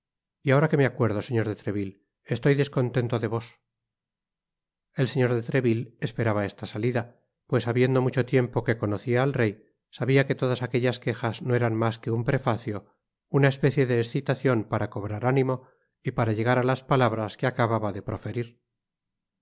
y ahora que me acuerdo señor de treville estoy descontento de vos el señor de treville esperaba esta salida pues habiendo mucho tiempo que conocía al rey sabia que todas aquellas quejas no eran mas que un prefacio una especie de excitacion p ara cobrar ánimo y para llegar á las palabras que acababa de proferir